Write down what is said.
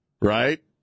Right